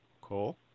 Cool